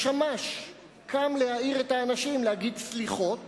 השמש קם להעיר את האנשים להגיד סליחות